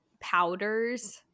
powders –